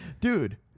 Dude